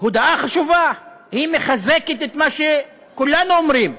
הודעה חשובה, היא מחזקת את מה שכולנו אומרים,